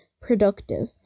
productive